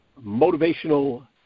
motivational